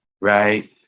right